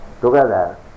together